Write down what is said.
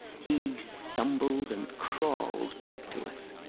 he. stumbled and crawled, back to us.